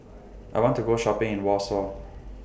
I want to Go Shopping in Warsaw